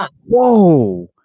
whoa